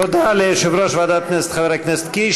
תודה ליושב-ראש ועדת הכנסת חבר הכנסת קיש.